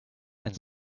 and